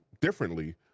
differently